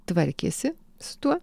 tvarkėsi su tuo